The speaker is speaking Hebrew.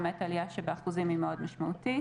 עלייה שבאחוזים היא מאוד משמעותית.